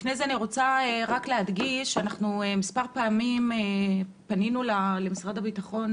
לפני זה אני רוצה להדגיש שפנינו למשרד הביטחון מספר פעמים